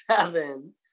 seven